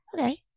Okay